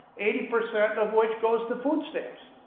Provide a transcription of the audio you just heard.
eighty percent of which goes to food stamps.